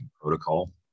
protocol